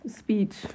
speech